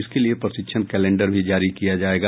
इसके लिए प्रशिक्षण कैलेंडर भी जारी किया जायेगा